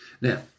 Now